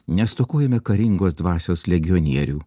nestokojome karingos dvasios legionierių